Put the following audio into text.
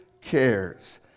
cares